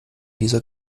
dieser